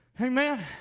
Amen